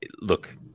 look